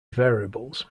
variables